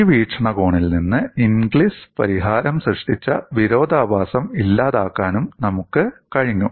ഈ വീക്ഷണകോണിൽ നിന്ന് ഇംഗ്ലിസ് പരിഹാരം സൃഷ്ടിച്ച വിരോധാഭാസം ഇല്ലാതാക്കാനും നമുക്ക് കഴിഞ്ഞു